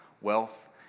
wealth